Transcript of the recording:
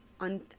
on